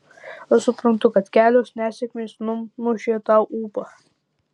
aš suprantu kad kelios nesėkmės numušė tau ūpą